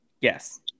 Yes